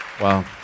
Wow